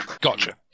Gotcha